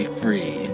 free